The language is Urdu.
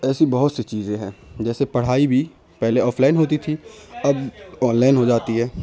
ایسی بہت سی چیزیں ہیں جیسے پڑھائی بھی پہلے آف لائن ہوتی تھی اب آن لائن ہو جاتی ہے